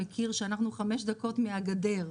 מכיר שאנחנו חמש דקות מהגדר.